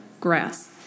grass